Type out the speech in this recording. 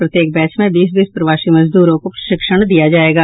प्रत्येक बैच में बीस बीस प्रवासी मजद्रों को प्रशिक्षण दिया जायेगा